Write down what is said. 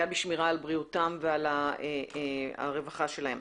בשמירה על בריאותם ועל הרווחה שלהם.